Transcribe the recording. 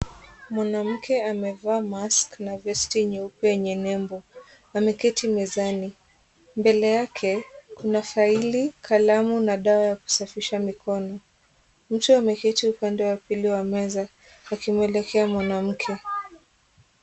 Mwanamke amevaa mask na vesti nyeupe yenye nembo, ameketi mezani. Mbele yake kuna faili, kalamu na dawa ya kusafisha mikono. Mtu ameketi upande wa pili wa meza akimuelekea mwanamke.